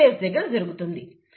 ఇది M phase దగ్గర జరుగుతుంది